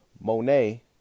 Monet